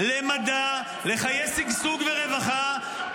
למדע, לחיי שגשוג ורווחה.